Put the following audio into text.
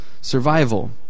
survival